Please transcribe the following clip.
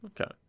Okay